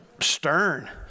stern